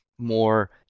more